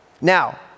Now